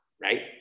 right